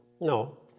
No